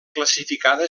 classificada